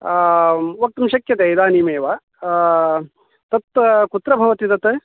वक्तुं शक्यते इदानीमेव तत् कुत्र भवति तत्